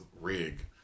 rig